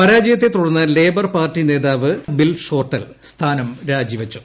പരാജയത്തെ തുടർന്ന് labour party നേതാവ് ബിൽഷോർട്ടൽ സ്ഥാനം രാജിവച്ചു